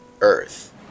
earth